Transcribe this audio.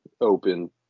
open